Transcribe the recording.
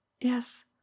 Yes